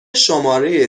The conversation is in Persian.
شماره